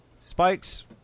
Spikes